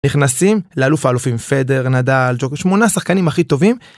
נכנסים לאלוף אלופים פדר נדל שמונה שחקנים הכי טובים.